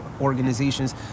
organizations